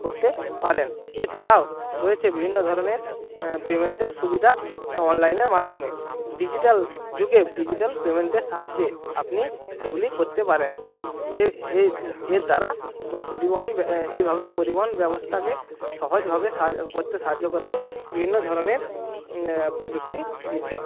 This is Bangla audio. করতে পারেন এছাড়াও রয়েছে বিভিন্ন ধরনের পেমেন্টের সুবিধা অনলাইনের মাধ্যমে ডিজিটাল যুগে ডিজিটাল পেমেন্টের সাহায্যে আপনি এগুলি করতে পারেন এর দ্বারা বা পরিবহন এইভাবেই পরিবহন ব্যবস্থাকে সহজভাবে সাহা করতে সাহায্য করেছে বিভিন্ন ধরনের প্রযুক্তি বিদ্যা